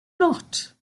not